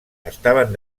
estaven